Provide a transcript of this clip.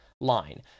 line